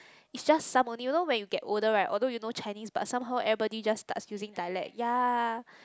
is just some only you know when you get older right although you know Chinese but somehow everybody just start using dialect ya